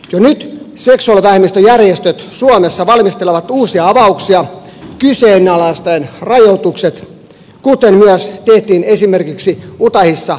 jo nyt seksuaalivähemmistöjärjestöt suomessa valmistelevat uusia avauksia kyseenalaistamaan rajoitukset kuten myös tehtiin esimerkiksi utahissa joulukuussa